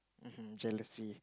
[uh um] jealousy